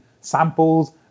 samples